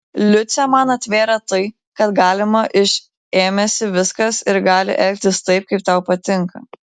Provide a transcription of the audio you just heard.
liucė man atvėrė tai kad galima iš ėmėsi viskas ir gali elgtis taip kaip tau patinka